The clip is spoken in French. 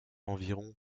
environ